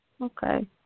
Okay